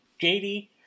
jd